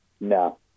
no